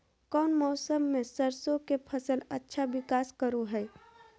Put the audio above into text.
कौन मौसम मैं सरसों के फसल अच्छा विकास करो हय?